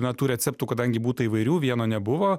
na tų receptų kadangi būta įvairių vieno nebuvo